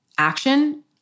action